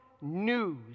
news